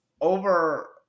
over